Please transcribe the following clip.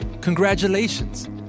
congratulations